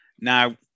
now